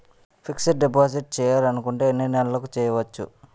Fixed deposit చేయాలి అనుకుంటే ఎన్నే నెలలకు చేయొచ్చు?